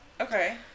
Okay